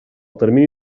termini